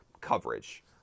coverage